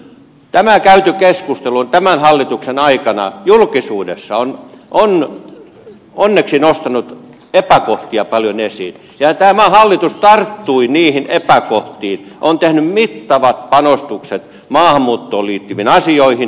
tämä käyty keskustelu tämän hallituksen aikana julkisuudessa on onneksi nostanut epäkohtia paljon esiin ja tämä hallitus tarttui niihin epäkohtiin on tehnyt mittavat panostukset maahanmuuttoon liittyviin asioihin